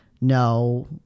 no